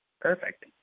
Perfect